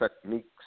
techniques